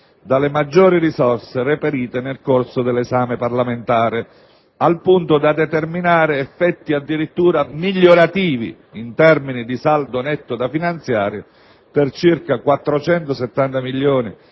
dalla maggiori risorse reperite nel corso dell'esame parlamentare, al punto da determinare effetti addirittura migliorativi in termini di saldo netto da finanziare, per circa 470 milioni